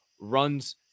runs